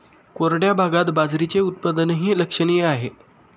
कोरड्या भागात बाजरीचे उत्पादनही लक्षणीय आहे